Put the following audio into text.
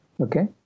Okay